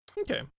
Okay